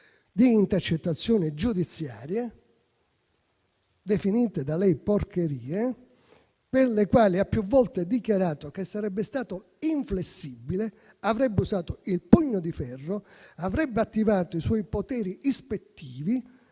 di intercettazione giudiziaria, definite da lei porcherie per le quali ha più volte dichiarato che sarebbe stato inflessibile, avrebbe usato il pugno di ferro, avrebbe attivato i suoi poteri ispettivi